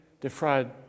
defraud